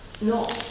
No